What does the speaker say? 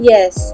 Yes